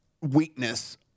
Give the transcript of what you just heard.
weakness –